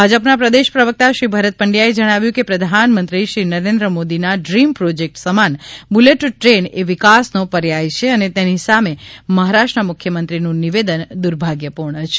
ભાજપના પ્રદેશ પ્રવક્તા શ્રી ભરત પંડ્યાએ જણાવ્યું કે પ્રધાન મંત્રી શ્રી નરેન્દ્ર મોદીના ડ્રિમ પ્રોજેક્ટ સમાન બુલેટ ટ્રેન એ વિકાસ નો પર્યાય છે અને તેની સામે મહારાષ્ટ્ર ના મુખ્ય મંત્રીનું નિવેદન દુર્ભાગ્ય પૂર્ણ છે